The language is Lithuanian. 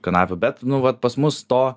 kanapių bet nu vat pas mus to